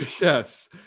yes